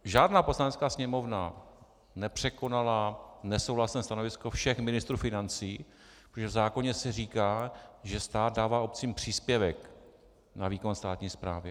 Žádná poslanecká sněmovna nepřekonala nesouhlasné stanovisko všech ministrů financí, protože v zákoně se říká, že stát dává obcím příspěvek na výkon státní správy.